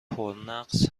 پرنقص